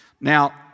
Now